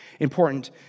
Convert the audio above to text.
important